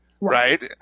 right